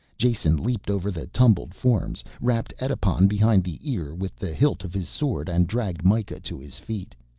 jason leaped over the tumbled forms, rapped edipon behind the ear with the hilt of his sword and dragged mikah to his feet.